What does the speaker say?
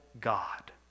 God